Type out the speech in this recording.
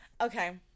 Okay